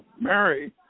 Mary